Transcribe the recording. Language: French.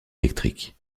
électrique